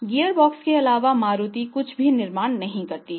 gearbox के अलावा मारुति कुछ भी निर्माण नहीं करती है